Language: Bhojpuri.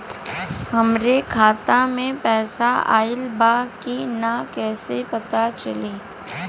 हमरे खाता में पैसा ऑइल बा कि ना कैसे पता चली?